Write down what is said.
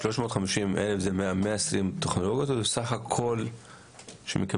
ה-350,000 זה מה-120 טכנולוגיות או שזה סך הכול שמקבלים?